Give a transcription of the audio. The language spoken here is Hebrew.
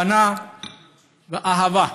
הבנה ואהבה.